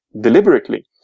deliberately